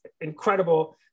incredible